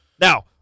Now